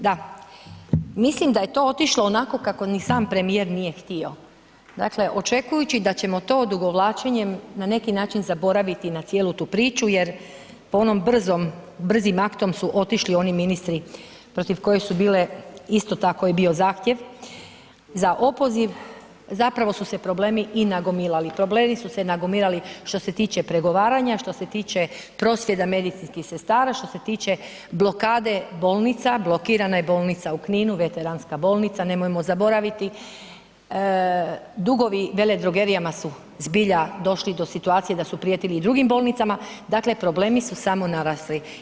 Da, mislim da je to otišlo onako kako ni sam premijer nije htio, dakle očekujući da će mu to odugovlačenjem na neki način zaboraviti na cijelu ti priču jer po onim brzim aktom su otišli oni ministri protiv kojih su bile, isto tako je bio zahtjev za opoziv, zapravo su se problemi i nagomilali, problemi su se nagomilali što se tiče pregovaranja, što se tiče prosvjeda medicinskih sestara, što se tiče blokade bolnica, blokirana je bolnica u Kninu, veteranska bolnica, nemojmo zaboraviti, dugovi veledrogerijama su zbilja došli do situacija da su prijetili i drugim bolnicama, dakle problemi su samo narasli.